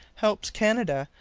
helped canada,